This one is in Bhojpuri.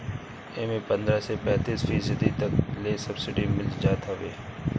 एमे पन्द्रह से पैंतीस फीसदी तक ले सब्सिडी मिल जात हवे